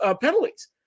penalties